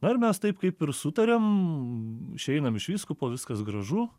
na ir mes taip kaip ir sutariam išeinam iš vyskupo viskas gražu